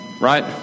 Right